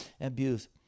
Abuse